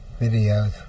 videos